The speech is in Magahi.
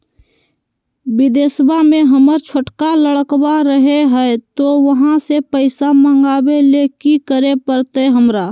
बिदेशवा में हमर छोटका लडकवा रहे हय तो वहाँ से पैसा मगाबे ले कि करे परते हमरा?